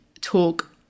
talk